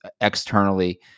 externally